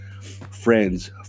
Friends